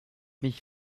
mich